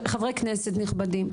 חברי כנסת נכבדים,